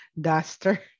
duster